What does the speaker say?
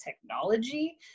technology